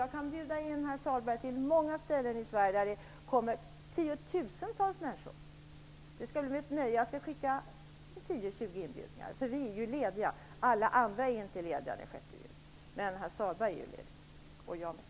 Jag kan bjuda in herr Sahlberg till många ställen i Sverige där det kommer tiotusentals människor. Det skall bli ett nöje. Jag skall skicka 10-20 inbjudningar. Vi här i riksdagen är ju lediga då. Alla andra är inte lediga den 6 juni, men herr Sahlberg är ledig och jag med.